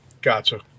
Gotcha